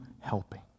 helping